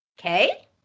okay